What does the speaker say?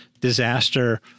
disaster